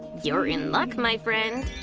you're in luck, my friend.